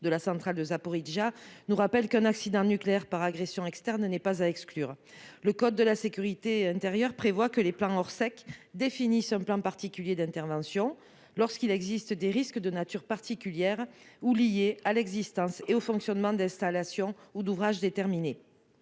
de la centrale de Zaporijia, nous rappelle qu'un accident nucléaire par agression externe n'est pas à exclure. Le code de la sécurité intérieure prévoit que les plans d'organisation de la réponse de sécurité civile (Orsec) définissent un plan particulier d'intervention lorsqu'il existe des risques de nature particulière ou liés à l'existence et au fonctionnement d'installations ou d'ouvrages déterminés.